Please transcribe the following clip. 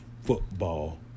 football